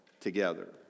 together